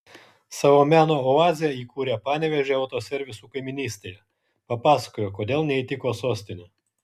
savo meno oazę įkūrė panevėžio autoservisų kaimynystėje papasakojo kodėl neįtiko sostinė